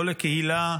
לא לקהילה,